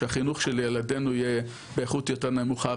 שהחינוך של ילדינו יהיה באיכות יותר נמוכה,